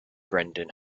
brendan